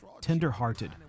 tender-hearted